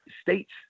states